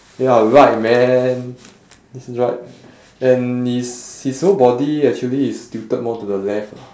you're right man and his his whole body actually is tilted more to the left ah